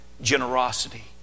generosity